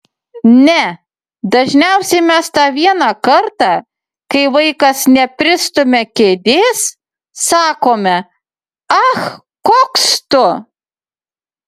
ne dažniausiai mes tą vieną kartą kai vaikas nepristumia kėdės sakome ach koks tu